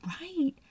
right